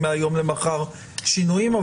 מהיום למחר שינוים.